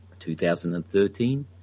2013